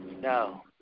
No